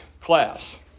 class